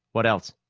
what else?